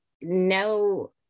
no